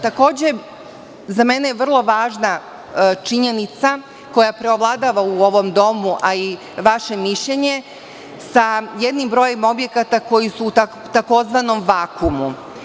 Takođe, za mene je vrlo važna činjenica koja preovladava u ovom domu, a i vaše mišljenje sa jednim brojem objekata koji su u tzv. vakumu.